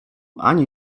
ani